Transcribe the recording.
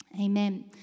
Amen